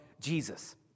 Jesus